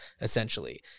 essentially